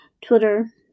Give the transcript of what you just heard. Twitter